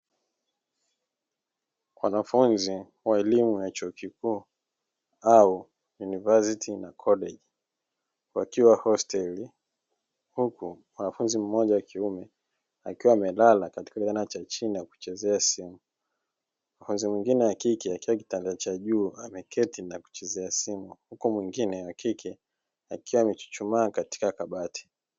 Wanafunzi wa elimu ya chuo kikuu au "university na colledge", wakiwa hosteli huku mwanafunzi mmoja wa kiume akiwa amelala katika kitanda cha chini na kuchezea simu. Mwanafunzi mwingine wa kike akiwa kitanda cha juu ameketi na kuchezea simu, huku mwingine wa kike akiwa amechuchumaa katika kabati.